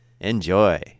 Enjoy